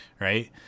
right